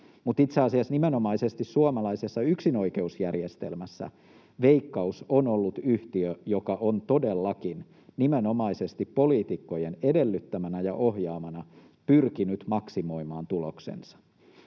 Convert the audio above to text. Itse asiassa nimenomaisesti suomalaisessa yksinoikeusjärjestelmässä Veikkaus on ollut yhtiö, joka on todellakin — nimenomaisesti poliitikkojen edellyttämänä ja ohjaamana — pyrkinyt maksimoimaan tuloksensa.